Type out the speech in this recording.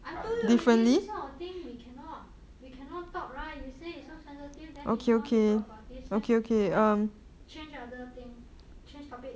I told you already this kind of thing we cannot we cannot talk right you say so sensitive then you still want to talk about this just change other thing change topic